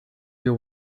you